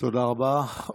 תודה רבה.